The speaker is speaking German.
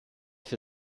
für